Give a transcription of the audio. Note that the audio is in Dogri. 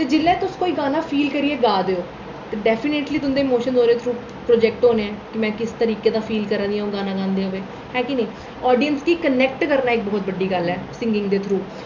ते जेल्लै तुस कोई गाना फील करियै गा दे ओ ते डैफिनेटली तुं'दे इमोशनज प्रकट होने कि में किस तरीके दा फील करै दी आं गाना गांदे होई है कि नेईं आडियंस गी कनैक्ट करना इक बहुत बड्डी गल्ल ऐ सींगिंग दे थ्रू